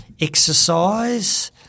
exercise